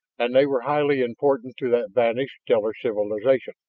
and they were highly important to that vanished stellar civilization.